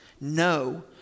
No